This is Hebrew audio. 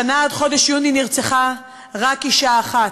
השנה, עד חודש יוני נרצחה רק אישה אחת.